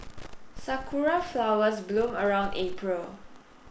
sakura flowers bloom around April